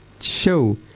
show